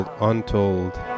untold